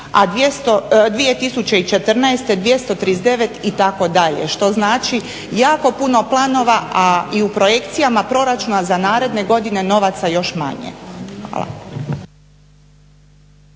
a 2014. 239 itd. što znači jako puno planova, a i u projekcijama proračuna za naredne godine novaca još manje. Hvala.